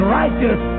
righteous